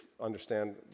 understand